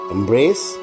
Embrace